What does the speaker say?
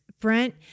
Brent